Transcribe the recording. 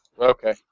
Okay